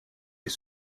est